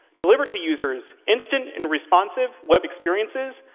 deliver to users instant and responsive web experiences,